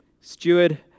steward